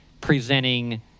presenting